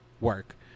work